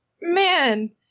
man